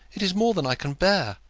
it is more than i can bear.